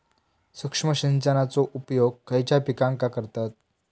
सूक्ष्म सिंचनाचो उपयोग खयच्या पिकांका करतत?